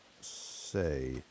say